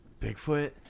Bigfoot